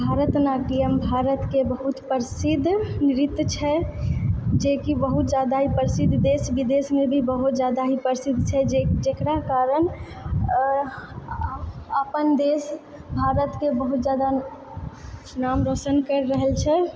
भरतनाट्यम भारतके बहुत प्रसिद्ध नृत्य छै जेकी बहुत जादा ही प्रसिद्ध देश विदेशमे भी बहुत जादा ही प्रसिद्ध छै जेकरा कारण अपन देश भारतके बहुत जादा नाम रौशन करि रहल छै